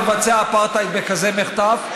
לבצע אפרטהייד בכזה מחטף,